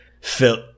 felt